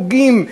פוגעים,